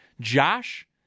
Josh